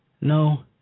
No